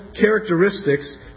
characteristics